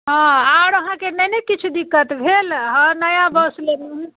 हँ आर आहाँकेँ नहि ने किछु दिक्कत भेल आओर नया बस लेलहुँ हँ